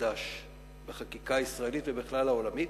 חדש יחסית בחקיקה הישראלית ובכלל העולמית,